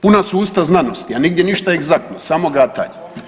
Puna su usta znanosti, a nigdje ništa egzaktno, samo gatanje.